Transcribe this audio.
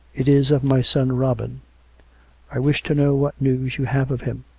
it is of my son robin i wish to know what news you have of him.